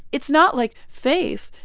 it's not like, faith,